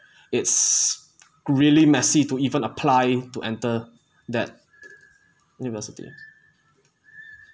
it's really messy to even apply to enter that university